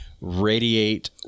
radiate